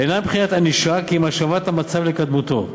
אינם בבחינת ענישה כי אם השבת המצב לקדמותו.